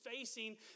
facing